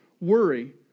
worry